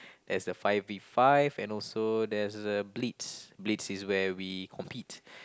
there's a five V five and also there's uh bleeds blades is where we compete